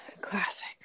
Classic